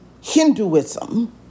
Hinduism